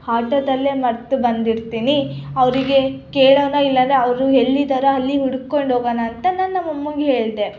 ಹಾಟೊದಲ್ಲೇ ಮರೆತು ಬಂದಿರ್ತೀನಿ ಅವರಿಗೆ ಕೇಳೋಣ ಇಲ್ಲಾಂದ್ರೆ ಅವರು ಎಲ್ಲಿದ್ದಾರೋ ಅಲ್ಲಿ ಹುಡ್ಕೊಂಡು ಹೋಗೋಣ ಅಂತ ನಾನು ನಮ್ಮ ಅಮ್ಮಂಗೆ ಹೇಳಿದೆ